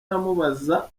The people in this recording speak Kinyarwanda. amubaza